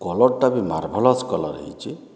କଲର୍ଟା ବି marvellous colour ହେଇଛି